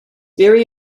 very